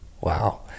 Wow